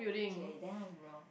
okay then I'm wrong